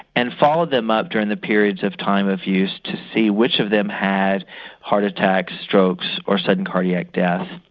and followed them up during the periods of time of use to see which of them had heart attacks, strokes or sudden cardiac death.